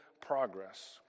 progress